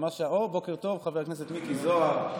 בוקר טוב, חבר הכנסת מיקי זוהר.